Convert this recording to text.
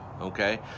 okay